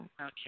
Okay